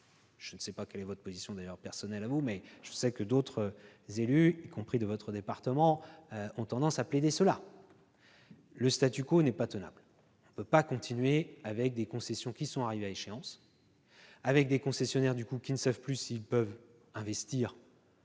Je ne sais pas quelle est votre position personnelle sur ce sujet, mais d'autres élus, y compris de votre département, ont tendance à plaider cela. Or le n'est pas tenable : on ne peut pas continuer avec des concessions qui sont arrivées à échéance et, donc, avec des concessionnaires qui ne savent plus s'ils peuvent investir,